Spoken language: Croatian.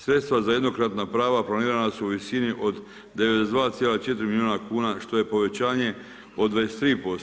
Sredstva za jednokratna prava planirana su u visini od 92,4 milijuna kuna što je povećanje od 23%